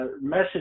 message